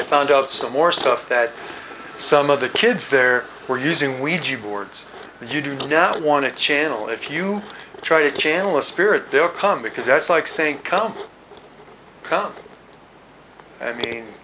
i found out some more stuff that some of the kids there were using we do boards you do now want to channel if you try to channel a spirit they'll come because that's like saying come come i mean